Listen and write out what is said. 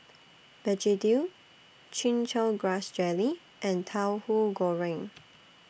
Begedil Chin Chow Grass Jelly and Tauhu Goreng